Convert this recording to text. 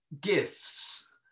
gifts